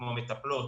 כמו מטפלות,